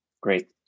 Great